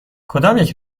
کدامیک